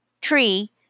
tree